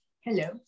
Hello